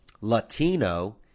Latino